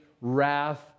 wrath